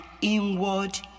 inward